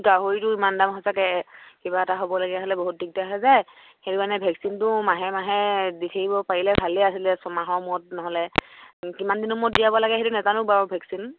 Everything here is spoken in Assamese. গাহৰিটো ইমান দাম সঁচাকৈ কিবা এটা হ'বলগীয়া হ'লে বহুত দিগদাৰ হৈ যায় সেইটো কাৰণে ভেকচিনটো মাহে মাহে দি থাকিব পাৰিলে ভালেই আছিলে ছমাহৰ মূৰত নহ'লে কিমান দিনৰ মূৰত দিয়াব লাগে সেইটো নজানো বাৰু ভেকচিন